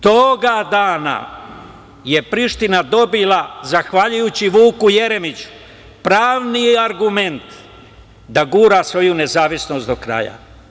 Toga dana je Priština dobila, zahvaljujući Vuku Jeremiću, pravni argument da gura svoju nezavisnost do kraja.